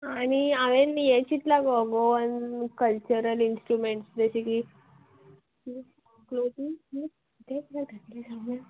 आनी हांवेन हें चिंतलां गो गोवन कल्चरल इंस्ट्र्युमेंट्स बी जशें की क्लोथींग सगळें